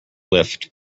lift